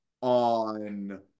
on